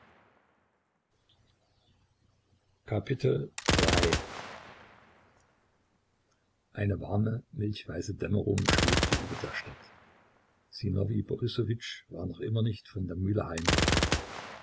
eine warme milchweiße dämmerung schwebte über der stadt sinowij borissowitsch war noch immer nicht von der mühle heimgekehrt